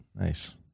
Nice